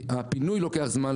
הפינוי לוקח זמן.